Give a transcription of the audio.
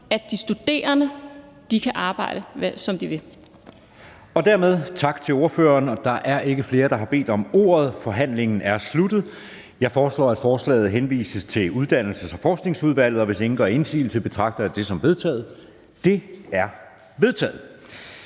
00:13 Fjerde næstformand (Karina Adsbøl): Tak til ordføreren. Da der ikke er flere, der har bedt om ordet, er forhandlingen sluttet. Jeg foreslår, at forslaget henvises til Klima-, Energi- og Forsyningsudvalget. Hvis ingen gør indsigelse, betragter jeg dette som vedtaget. Det er vedtaget.